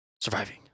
Surviving